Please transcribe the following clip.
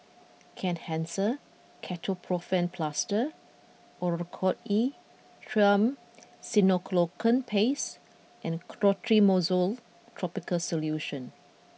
Kenhancer Ketoprofen Plaster Oracort E Triamcinolone Paste and Clotrimozole tropical solution